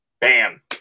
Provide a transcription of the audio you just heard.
Bam